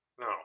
No